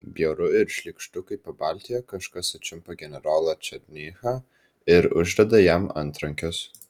bjauru ir šlykštu kai pabaltijyje kažkas sučiumpa generolą černychą ir uždeda jam antrankius